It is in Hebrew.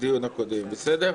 בדיון הקודם, בסדר?